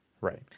Right